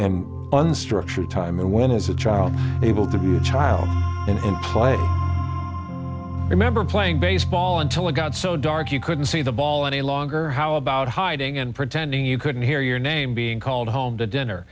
and unstructured time and when is a child able to child remember playing baseball until it got so dark you couldn't see the ball any longer how about hiding and pretending you couldn't hear your name being called home to dinner